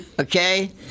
Okay